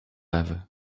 ewy